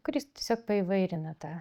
kuris tiesiog paįvairina tą